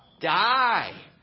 die